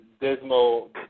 Dismal